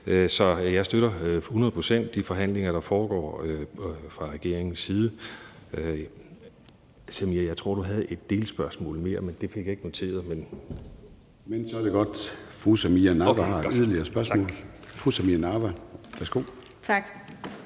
Så jeg støtter hundrede procent de forhandlinger, der foregår fra regeringens side. Jeg tror, du havde et delspørgsmål mere, men det fik jeg ikke noteret. Kl. 11:07 Formanden (Søren Gade): Men så er det godt, at fru Samira Nawa har et yderligere spørgsmål. Værsgo. Kl.